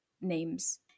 names